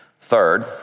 Third